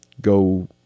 go